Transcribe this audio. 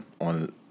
on